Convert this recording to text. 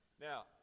now